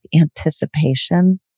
anticipation